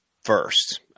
first